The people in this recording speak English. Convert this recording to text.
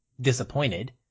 disappointed